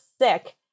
sick